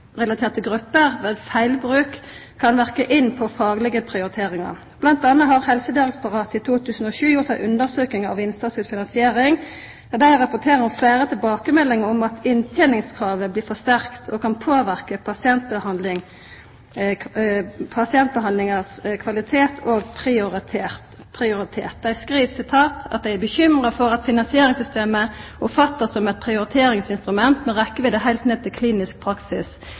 grupper ved feilbruk kan verka inn på faglege prioriteringar. Bl.a. har Helsedirektoratet i 2007 gjort ei undersøking av innsatsstyrt finansiering, og dei rapporterer om fleire tilbakemeldingar om at innteningskravet blir for sterkt og kan påverka kvaliteten på og prioriteringa av pasientbehandlinga. Dei skriv at dei er bekymra for at finansieringssystemet blir oppfatta som eit prioriteringsinstrument med rekkjevidd heilt ned til klinisk praksis.